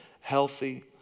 healthy